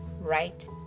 right